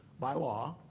by law.